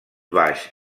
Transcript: baix